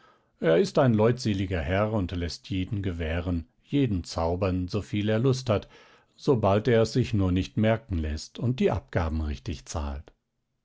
er ist ein leutseliger herr und läßt jeden gewähren jeden zaubern so viel er lust hat sobald er es sich nur nicht merken läßt und die abgaben richtig zahlt